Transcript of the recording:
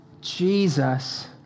Jesus